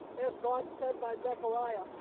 as god said by zechariah,